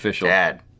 dad